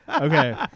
okay